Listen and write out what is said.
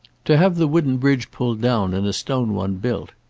to have the wooden bridge pulled down and a stone one built.